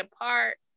apart